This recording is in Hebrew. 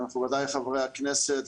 חברי הכנסת,